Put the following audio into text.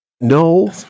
no